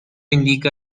indica